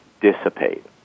dissipate